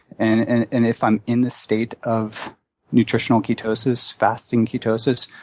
and and and if i'm in the state of nutritional ketosis, fasting ketosis,